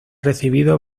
recibido